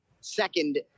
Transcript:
second